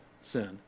Sin